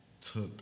took